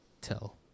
tell